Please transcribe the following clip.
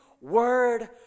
word